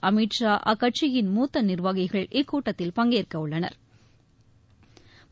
அமித் ஷா அக்கட்சியின் மூத்த நிர்வாகிகள் இக்கூட்டத்தில் பங்கேற்க உள்ளனா்